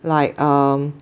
like um